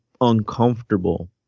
uncomfortable